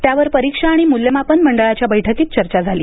त्यावर परीक्षा आणि मूल्यमापन मंडळाच्या बैठकीत चर्चा झाली